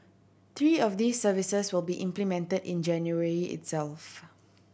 three of these services will be implemented in January itself